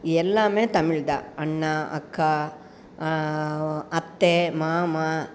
எல்லாம் தமிழ் தான் அண்ணா அக்கா அத்தை மாமா